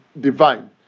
divine